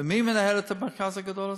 מי מנהל את המרכז הגדול הזה?